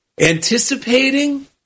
anticipating